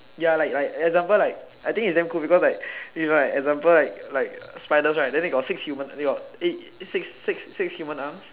ya like like example like I think it's damn cool because like you know right example like like spiders right then they got six human they got eight six six six human arms